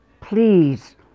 please